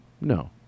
no